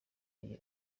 iyi